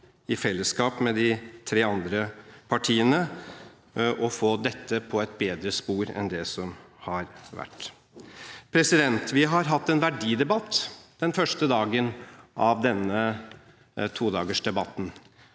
i fellesskap med de tre andre partiene, om å få dette på et bedre spor enn det har vært. Vi hadde en verdidebatt den første dagen av denne todagersdebatten.